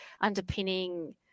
underpinning